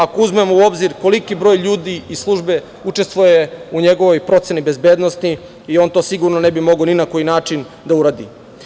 Ako uzmemo u obzir koliki broj ljudi i službe učestvuje u njegovoj proceni bezbednosti i on to sigurno ne bi mogao ni na koji način da uradi.